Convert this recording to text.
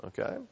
Okay